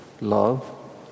love